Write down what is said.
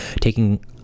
taking